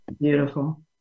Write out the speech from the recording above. Beautiful